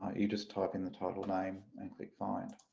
ah you just type in the title name and click find.